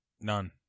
None